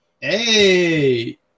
hey